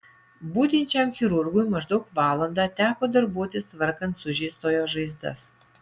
budinčiam chirurgui maždaug valandą teko darbuotis tvarkant sužeistojo žaizdas